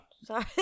Sorry